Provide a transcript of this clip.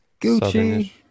Gucci